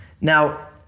Now